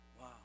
Wow